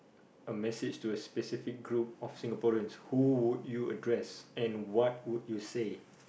a message to a specific group of Singaporeans who would you address and what would you say